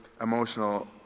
emotional